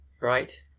Right